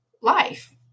life